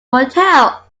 hotel